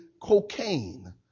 cocaine